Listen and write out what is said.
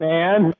Man